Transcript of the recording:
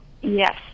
Yes